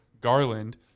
Garland